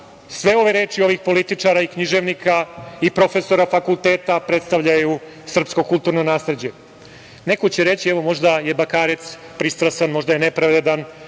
sve ove reči ovih političara i književnika i profesora fakulteta, predstavljaju srpsko kulturno nasleđe? Neko će reći - evo možda je Bakarec pristrasan, možda je nepravedan